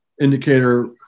indicator